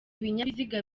ibinyabiziga